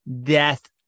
death